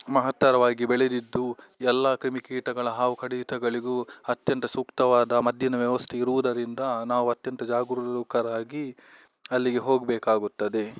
ಮಹತ್ತರವಾಗಿ ಬೆಳೆದಿದ್ದು ಎಲ್ಲ ಕ್ರಿಮಿಕೀಟಗಳ ಹಾವು ಕಡಿತಗಳಿಗೂ ಅತ್ಯಂತ ಸೂಕ್ತವಾದ ಮದ್ದಿನ ವ್ಯವಸ್ಥೆ ಇರುವುದರಿಂದ ನಾವು ಅತ್ಯಂತ ಜಾಗರೂಕರಾಗಿ ಅಲ್ಲಿಗೆ ಹೋಗಬೇಕಾಗುತ್ತದೆ